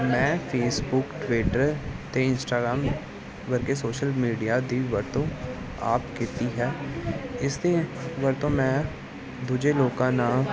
ਮੈਂ Facebook Twitter ਅਤੇ Instagram ਵਰਗੇ ਸੋਸ਼ਲ ਮੀਡੀਆ ਦੀ ਵਰਤੋਂ ਆਪ ਕੀਤੀ ਹੈ ਇਸਦੀ ਵਰਤੋਂ ਮੈਂ ਦੂਜੇ ਲੋਕਾਂ ਨਾਲ